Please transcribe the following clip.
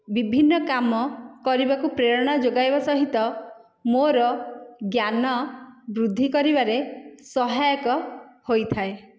ବିଭିନ୍ନ କାମ କରିବାକୁ ପ୍ରେରଣା ଯୋଗାଇବା ସହିତ ମୋର ଜ୍ଞାନ ବୃଦ୍ଧି କରିବାରେ ସହାୟକ ହୋଇଥାଏ